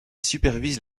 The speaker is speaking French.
supervise